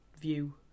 view